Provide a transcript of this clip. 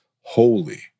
holy